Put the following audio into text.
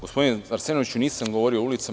Gospodine Arsenoviću, nisam govorio o ulicama.